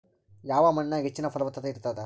ಯಾವ ಮಣ್ಣಾಗ ಹೆಚ್ಚಿನ ಫಲವತ್ತತ ಇರತ್ತಾದ?